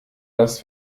das